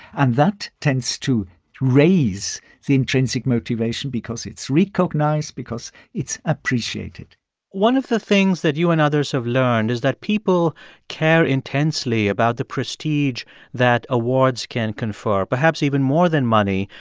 and that tends to raise the intrinsic motivation because it's recognized because it's appreciated one of the things that you and others have learned is that people care intensely about the prestige that awards can confer. perhaps even more than money,